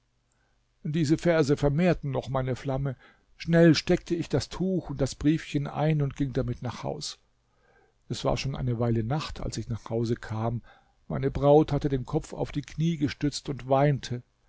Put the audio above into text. diese verse vermehrten noch meine flamme schnell steckte ich das tuch und das briefchen ein und ging damit nach haus es war schon eine weile nacht als ich nach hause kam meine braut hatte den kopf auf die knie gestützt und weinte